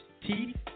teeth